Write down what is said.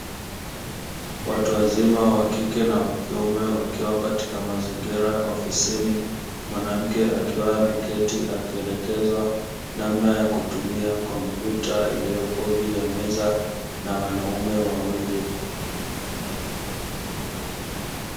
Watu wazima wa kike na wa kiume, wakiwa katika mazingira ya ofisini. Mwanamke akiwa ameketi, akielekezwa namna ya kutumia kompyuta iliyopo juu ya meza na wanaume wawili.